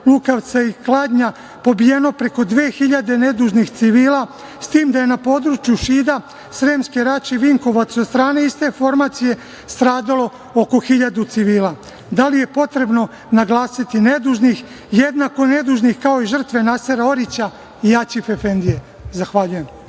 Lukavca i Kladnja pobijeno preko 2.000 nedužnih civila, s tim da je na području Šida, Sremske Rače i Vinkovaca od strane iste formacije stradalo oko 1.000 civila, da li je potrebno naglasiti - nedužnih? Oni su jednako nedužni kao i žrtve Nasera Orića i Aćif efendije. Zahvaljujem.